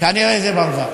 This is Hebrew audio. כנראה זה ברווז.